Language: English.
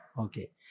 Okay